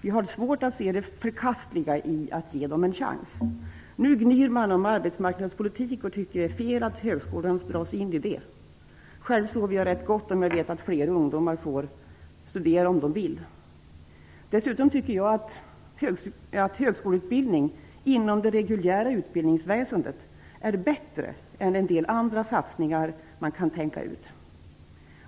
Vi har svårt att se det förkastliga i att ge dem en chans. Nu gnyr man om arbetsmarknadspolitiken och tycker att det är fel att högskolan dras in i denna. Själv sover jag rätt gott om jag vet att fler ungdomar får studera, om de vill. Dessutom tycker jag att högskoleutbildning inom det reguljära utbildningsväsendet är bättre än en del andra satsningar som man kan tänka ut.